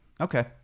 Okay